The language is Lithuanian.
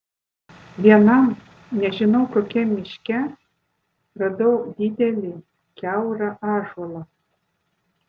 vienam nežinau kokiam miške radau didelį kiaurą ąžuolą